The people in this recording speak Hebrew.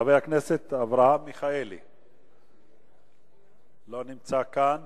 חבר הכנסת אברהם מיכאלי, לא נמצא כאן.